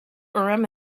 urim